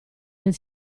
del